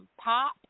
pop